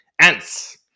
Ants